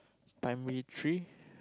primary three